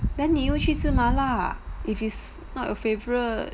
then 你又去吃麻辣 if is not a favourite